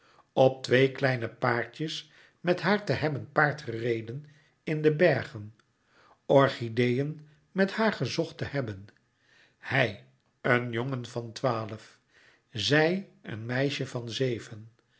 op twee kleine paardjes met haar te hebben paard gereden in de bergen orchideeën met haar gezocht te hebben hij een jongen van twaalf zij een meisje van zeven